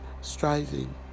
striving